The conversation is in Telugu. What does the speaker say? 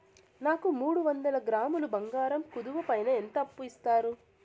నాకు మూడు వందల గ్రాములు బంగారం కుదువు పైన ఎంత అప్పు ఇస్తారు?